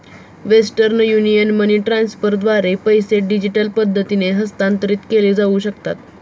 western Union money ट्रान्स्फरद्वारे पैसे digital पद्धतीने हस्तांतरित केले जाऊ शकतात